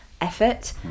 effort